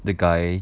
the guy